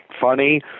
funny